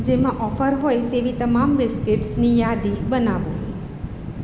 જેમાં ઓફર હોય તેવી તમામ બિસ્કીટ્સ ની યાદી બનાવો